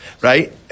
Right